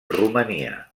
romania